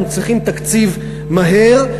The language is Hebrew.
אנחנו צריכים תקציב מהר,